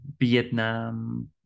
Vietnam